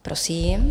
Prosím.